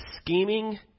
scheming